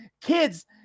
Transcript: kids